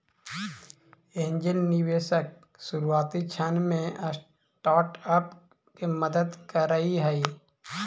angel निवेशक शुरुआती क्षण में स्टार्टअप के मदद करऽ हइ